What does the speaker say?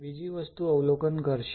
બીજી વસ્તુ અવલોકન કરશે